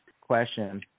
question